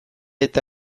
eta